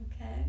okay